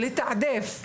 לתעדף,